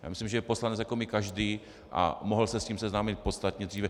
Já myslím, že je poslanec jako každý a mohl se s tím seznámit podstatně dříve.